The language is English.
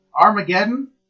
Armageddon